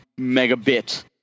megabit